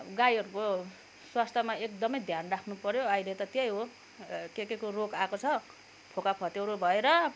गाईहरूको स्वास्थमा एकदमे ध्यान राख्नु पऱ्यो अहिले त त्यही हो र के के को रोग आएको छ फोका खटिरो भएर